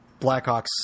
Blackhawks